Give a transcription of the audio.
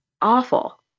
Awful